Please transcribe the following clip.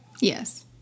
Yes